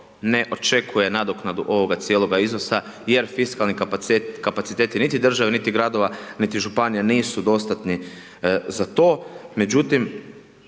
ne očekuje nadoknadu ovoga cijeloga iznosa jer fiskalni kapaciteti niti države, niti gradova, niti županija, nisu dostatni za to.